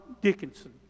Dickinson